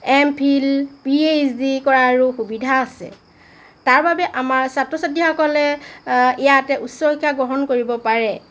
M Phil P H D কৰাৰো সুবিধা আছে তাৰ বাবে আমাৰ ছাত্ৰ ছাত্ৰীসকলে ইয়াত উচ্চ শিক্ষা গ্ৰহণ কৰিব পাৰে